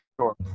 sure